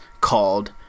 called